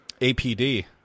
APD